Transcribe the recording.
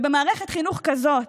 במערכת חינוך כזאת,